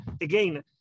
again